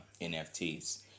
NFTs